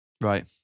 right